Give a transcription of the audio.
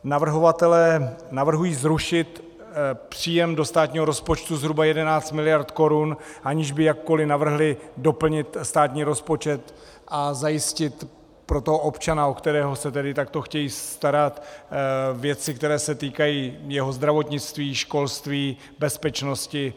Navrhovatelé navrhují zrušit příjem do státního rozpočtu zhruba 11 miliard korun, aniž by jakkoliv navrhli doplnit státní rozpočet a zajistit pro toho občana, o kterého se takto chtějí starat, věci, které se týkají zdravotnictví, školství, bezpečnosti.